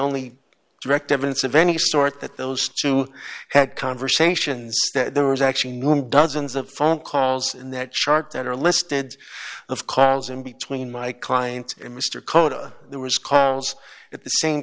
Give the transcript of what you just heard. only direct evidence of any sort that those two had conversations that there was actually known dozens of phone calls in that chart that are listed of calls in between my client and mr kota there was calls at the same